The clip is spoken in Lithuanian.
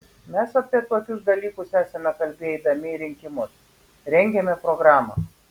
mes apie tokius dalykus esame kalbėję eidami į rinkimus rengėme programą